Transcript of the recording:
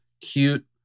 cute